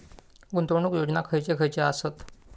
गुंतवणूक योजना खयचे खयचे आसत?